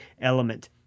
element